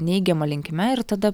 neigiama linkme ir tada